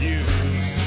use